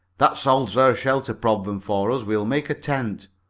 that solves our shelter problem for us. we'll make a tent.